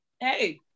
hey